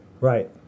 Right